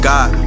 God